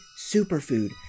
superfood